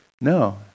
No